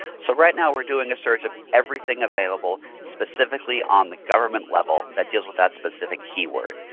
so right now we are doing a search of everything available specifically on the government level that deals with that specific keyword.